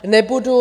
Nebudu...